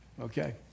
Okay